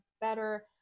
better